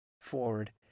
forward